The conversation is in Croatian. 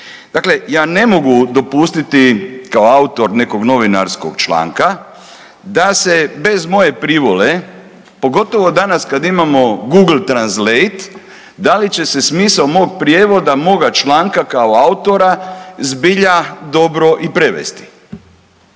Dakle, ja ne mogu dopustiti kao autor nekog novinarskog članka da se bez moje privole, pogotovo danas kad imamo google translate da li će se smisao mog prijevoda, mog članka kao autora zbilja dobro i prevesti.